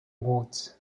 wards